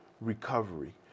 recovery